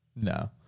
No